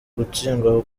gutsindwa